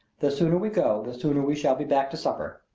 the sooner we go the sooner we shall be back to supper.